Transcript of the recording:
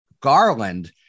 Garland